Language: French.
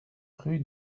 rue